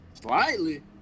Slightly